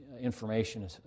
information